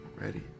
ready